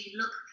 look